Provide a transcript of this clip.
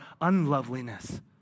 unloveliness